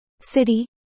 city